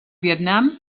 vietnam